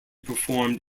performed